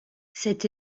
cette